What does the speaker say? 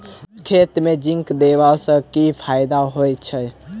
खेत मे जिंक देबा सँ केँ फायदा होइ छैय?